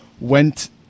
went